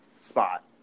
spot